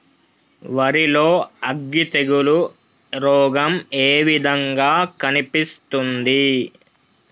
వరి లో అగ్గి తెగులు రోగం ఏ విధంగా కనిపిస్తుంది?